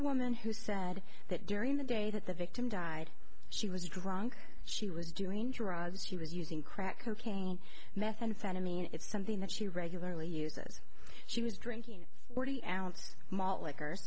woman who said that during the day that the victim died she was drunk she was doing drugs she was using crack cocaine methamphetamine and it's something that she regularly uses she was drinking forty ounce malt liquor